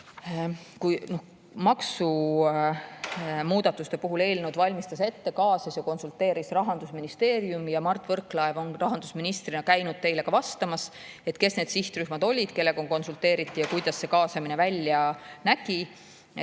Maksumuudatuste puhul valmistas eelnõu ette, kaasas ja konsulteeris Rahandusministeerium. Mart Võrklaev on rahandusministrina käinud teile ka vastamas, kes need sihtrühmad olid, kellega konsulteeriti, ja kuidas see kaasamine välja nägi.